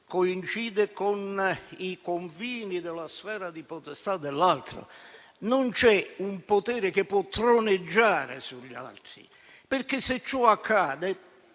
coincide con i confini della sfera di potestà dell'altro: non c'è un potere che possa troneggiare sugli altri, perché, se ciò accade,